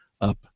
up